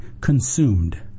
consumed